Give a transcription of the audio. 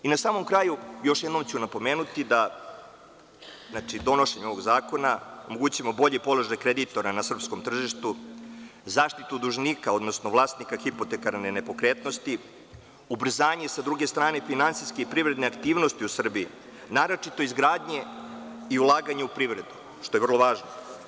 Na samom kraju, još jednom ću napomenuti, da donošenje ovog Zakona omogućuje bolji položaj kreditora na srpskom tržištu, zaštitu dužnika, odnosno vlasnika hipotekarne nepokretnosti, ubrzanje sa druge strane, finansijske i privredne aktivnosti u Srbiji, naročito izgradnje i ulaganje u privredu, što je vrlo važno.